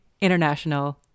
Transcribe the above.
international